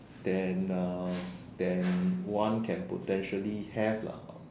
then uh then one can potentially have lah